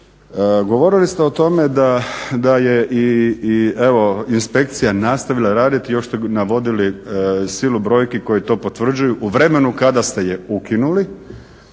Govorili ste o tome da je i evo inspekcija nastavila raditi i još ste navodili silu brojki koje to potvrđuju u vremenu kada ste je ukinuli